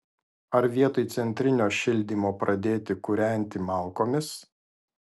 ar vietoj centrinio šildymo pradėti kūrenti malkomis